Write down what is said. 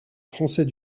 français